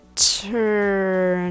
turn